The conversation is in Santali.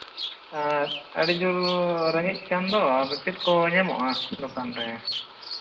ᱟᱨ ᱟᱹᱰᱤ ᱡᱳᱨ ᱨᱮᱸᱜᱮᱡ ᱠᱟᱱ ᱫᱚ ᱪᱮᱫ ᱠᱚ ᱧᱟᱢᱚᱜᱼᱟ ᱫᱳᱠᱟᱱ ᱨᱮ